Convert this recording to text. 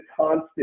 constant